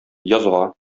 язга